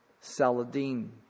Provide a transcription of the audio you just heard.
Saladin